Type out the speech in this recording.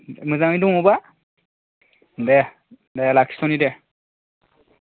मोजाङै दङबा दे दे लाखिथ'नि दे